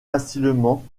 facilement